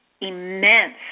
immense